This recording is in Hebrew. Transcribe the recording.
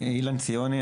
אילן ציוני,